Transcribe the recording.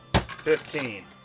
Fifteen